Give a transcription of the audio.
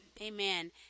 Amen